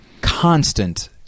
constant